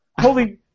Holy